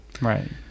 Right